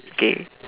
okay